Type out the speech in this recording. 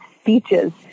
speeches